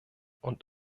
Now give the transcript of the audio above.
und